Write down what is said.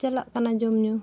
ᱪᱟᱞᱟᱜ ᱠᱟᱱᱟ ᱡᱚᱢ ᱧᱩ